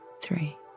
three